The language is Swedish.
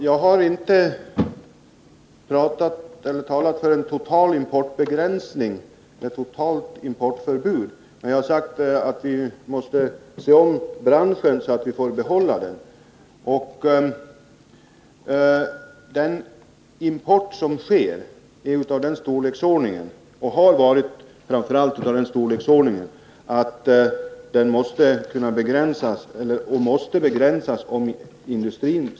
Fru talman! Jag har inte talat för en total importbegränsning eller för ett totalt importförbud. Vad jag har sagt är att vi måste se om branschen, så att vi får behålla den. Jag vill framhålla att importen är och att den framför allt har varit av den storleksordningen att den måste begränsas, om vi skall kunna behålla den här industrin.